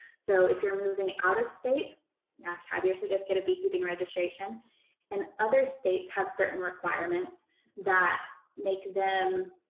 so if you're moving out of state yeah have your certificate of beekeeping registration and other states have certain requirements that make them